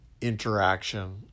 interaction